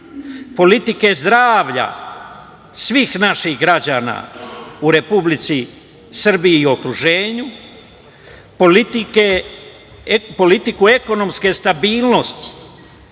politike zdravlja svih naših građana u Republici Srbiji i okruženju, politiku ekonomske stabilnosti,